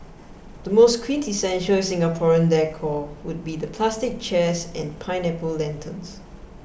the most quintessential Singaporean decor would be the plastic chairs and pineapple lanterns